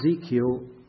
Ezekiel